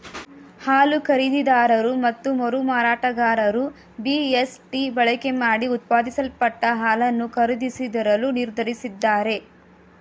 ಹಾಲು ಖರೀದಿದಾರರು ಮತ್ತು ಮರುಮಾರಾಟಗಾರರು ಬಿ.ಎಸ್.ಟಿ ಬಳಕೆಮಾಡಿ ಉತ್ಪಾದಿಸಲ್ಪಟ್ಟ ಹಾಲನ್ನು ಖರೀದಿಸದಿರಲು ನಿರ್ಧರಿಸಿದ್ದಾರೆ